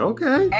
Okay